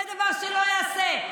זה דבר שלא ייעשה.